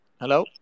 Hello